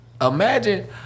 Imagine